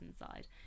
inside